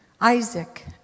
Isaac